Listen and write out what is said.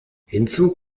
hinzu